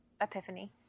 epiphany